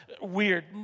weird